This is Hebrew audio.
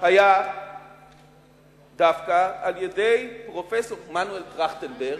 היה דווקא על-ידי פרופסור מנואל טרכטנברג,